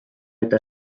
eta